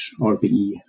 RPE